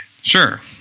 Sure